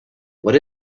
what